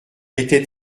était